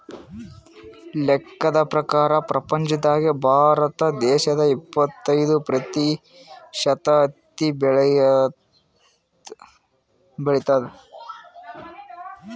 ಲೆಕ್ಕದ್ ಪ್ರಕಾರ್ ಪ್ರಪಂಚ್ದಾಗೆ ಭಾರತ ದೇಶ್ ಇಪ್ಪತ್ತೈದ್ ಪ್ರತಿಷತ್ ಹತ್ತಿ ಬೆಳಿತದ್